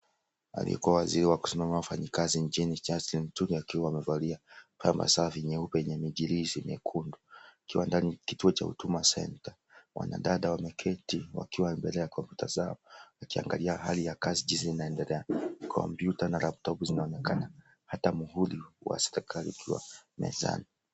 Aliyekuwa waziri wa kusimamia wafanyi kazi nchini Kenya Justine Muturi akiwa amevalia pamba safi nyeupe yenye michirizi miekundu akiwa ndani kituo cha Huduma Centre Wanadada wameketi wakiwa mbele ya kompyuta zao wakianaglia jinsi ya kazi inaenedela kompyuta na laptop zinaonekana hata mhuri wa serikali ukiwa mezani.